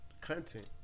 Content